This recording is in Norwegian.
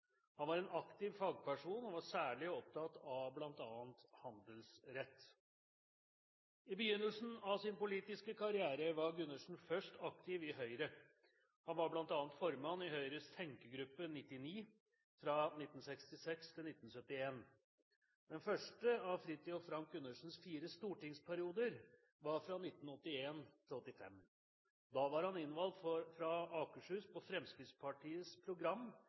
Han var en aktiv fagperson og var særlig opptatt av bl.a. handelsrett. I begynnelsen av sin politiske karriere var Gundersen først aktiv i Høyre. Han var bl.a. formann i Høyres «Tenkegruppe 99» fra 1966 til 1971. Den første av Fridtjof Frank Gundersens fire stortingsperioder var fra 1981 til 1985. Da var han innvalgt fra Akershus på Fremskrittspartiets program,